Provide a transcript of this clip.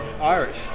Irish